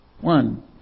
One